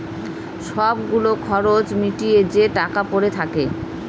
সব গুলো খরচ মিটিয়ে যে টাকা পরে থাকে